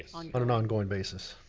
on but an ongoing basis.